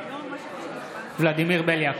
נגד ולדימיר בליאק,